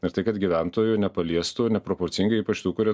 ir tai kad gyventojų nepaliestų neproporcingai ypač tų kurie